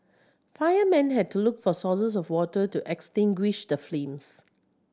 firemen had to look for sources of water to extinguish the flames